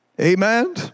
Amen